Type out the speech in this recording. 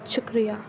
شُکریہ